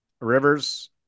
Rivers